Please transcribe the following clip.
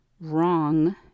wrong